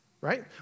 right